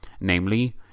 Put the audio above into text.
Namely